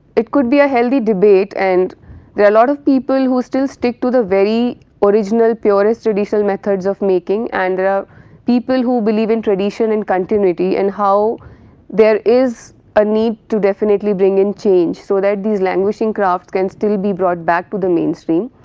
it could be a healthy debate and there are lot of people who still stick to the very original purest traditional methods of making and there are people who believe in tradition and continuity and how there is a need to definitely bring in change so that these languishing craft can still be brought back to the main stream,